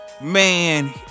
Man